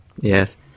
Yes